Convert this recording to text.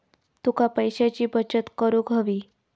तुका पैशाची बचत करूक हवी